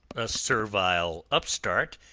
a servile upstart,